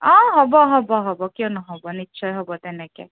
অঁ হ'ব হ'ব হ'ব কিয় নহ'ব নিশ্চয় হ'ব তেনেকৈ